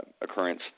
occurrence